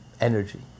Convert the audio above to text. energy